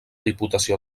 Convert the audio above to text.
diputació